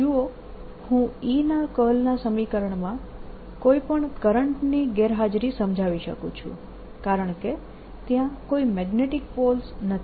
જુઓ હું E ના કર્લ E ના સમીકરણમાં કોઈ પણ કરંટની ગેરહાજરી સમજાવી શકું છું કારણકે ત્યાં કોઈ મેગ્નેટીક પોલ્સ નથી